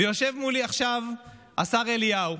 ויושב מולי עכשיו השר אליהו,